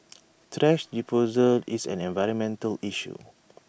thrash disposal is an environmental issue